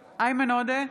בהצבעה איימן עודה,